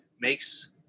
makes